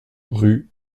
rue